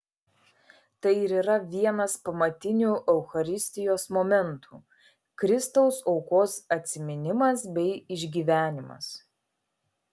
tai ir yra vienas pamatinių eucharistijos momentų kristaus aukos atsiminimas bei išgyvenimas